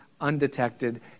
undetected